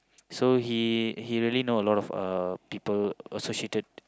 so he he really know a lot of uh people associated